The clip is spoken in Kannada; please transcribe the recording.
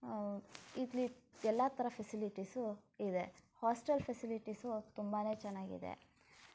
ಇಲ್ಲಿ ಎಲ್ಲ ಥರ ಫೆಸಿಲಿಟಿಸು ಇದೆ ಹಾಸ್ಟೆಲ್ ಫೆಸಿಲಿಟೀಸು ತುಂಬಾ ಚೆನ್ನಾಗಿದೆ